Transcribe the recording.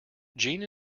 jeanne